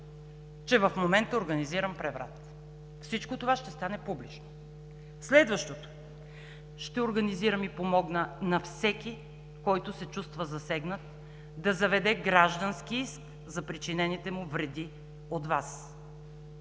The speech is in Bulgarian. че в момента организирам преврат. Всичко това ще стане публично. Следващото, ще организирам и помогна на всеки, който се чувства засегнат, да заведе граждански иск за причинените му вреди от Вас.